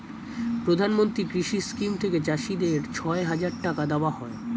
প্রধানমন্ত্রী কৃষি স্কিম থেকে চাষীদের ছয় হাজার টাকা দেওয়া হয়